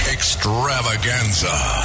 Extravaganza